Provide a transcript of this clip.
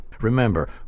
Remember